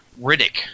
Riddick